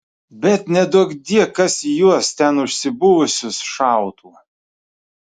bet neduokdie kas į juos ten užsibuvusius šautų